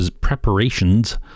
preparations